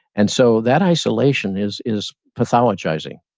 and so that isolation is is pathologizing.